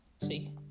See